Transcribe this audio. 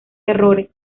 errores